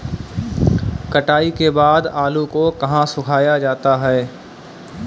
कटाई के बाद आलू को कहाँ सुखाया जाता है?